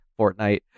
fortnite